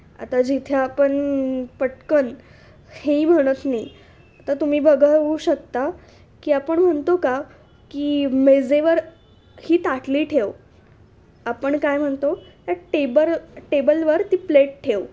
आता जिथे आपण पटकन हेही म्हणत नाही आता तुम्ही बघा होऊ शकता की आपण म्हणतो का की मेजेवर ही ताटली ठेव आपण काय म्हनतो या टेबर टेबलवर ती प्लेट ठेव